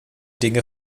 dinge